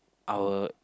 our